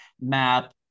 map